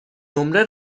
نمره